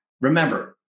Remember